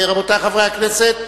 רבותי חברי הכנסת,